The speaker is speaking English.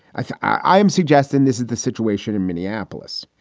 i am suggesting this is the situation in minneapolis.